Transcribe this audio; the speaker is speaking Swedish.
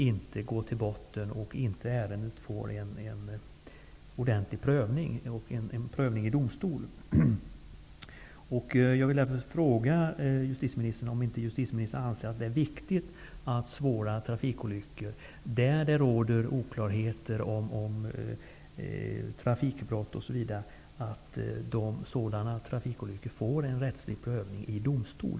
Det gällde ju här en mycket svår trafikolycka där det uppenbarligen fanns många oklarheter. Jag vill därför fråga justitieministern om hon inte anser att det är viktigt att svåra trafikolyckor, där det råder oklarheter om trafikbrott osv., får en rättslig prövning i domstol.